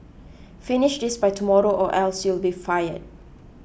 finish this by tomorrow or else you'll be fired